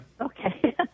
Okay